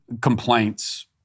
complaints